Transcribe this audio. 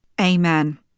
Amen